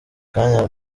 kanya